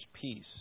peace